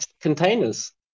containers